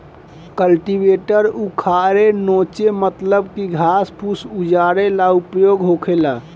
cultivator उखारे नोचे मतलब की घास फूस उजारे ला उपयोग होखेला